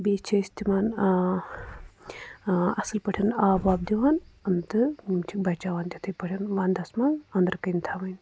بیٚیہِ چھِ أسی تِمن اَصٕل پٲٹھۍ آب وآب دِوان تہٕ تِم چِھ بَچاوان تِتھٕے پٲٹھۍ وَنٛدس منٛز أنٛدرٕ کٮ۪ن تھاوان